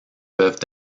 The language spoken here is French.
peuvent